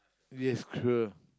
yes sure